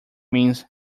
means